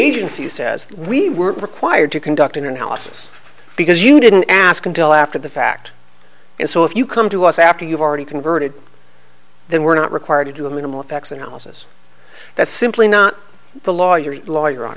agency says we weren't required to conduct an analysis because you didn't ask until after the fact and so if you come to us after you've already converted then we're not required to do a minimal effects analysis that's simply not the lawyer the lawyer